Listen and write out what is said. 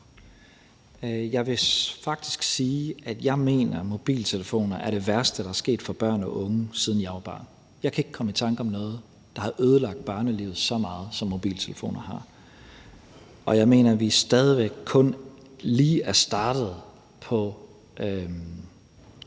Jeg vil faktisk sige, at jeg mener, at mobiltelefoner er det værste, der er sket for børn og unge, siden jeg var barn. Jeg kan ikke komme i tanker om noget, der har ødelagt børnelivet så meget, som mobiltelefoner har. Jeg mener, at vi stadig væk kun lige er startet på